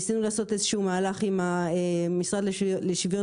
ניסינו לעשות איזשהו מהלך עם המשרד לשוויון